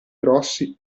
grossi